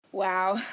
wow